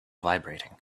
vibrating